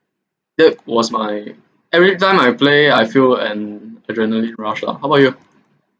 that was my every time I play I feel an adrenaline rush lah how about you